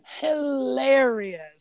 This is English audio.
hilarious